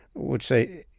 would say,